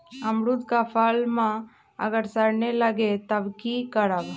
अमरुद क फल म अगर सरने लगे तब की करब?